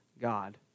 God